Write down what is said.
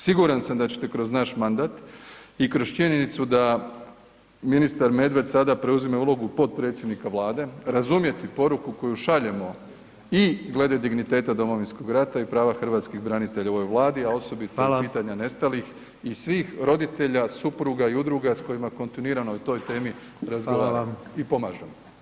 Siguran sam da ćete kroz naš mandat i kroz činjenicu da ministar Medved sada preuzima ulogu potpredsjednika Vlade razumjeti poruku koju šaljemo i glede digniteta Domovinskog rata i prava hrvatskih branitelja u ovoj Vladi, a osobito pitanja nestalih i svih roditelja, supruga i udruga s kojima kontinuirano o toj temi razgovaramo i pomažemo.